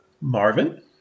Marvin